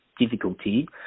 difficulty